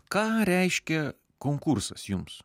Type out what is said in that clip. ką reiškia konkursas jums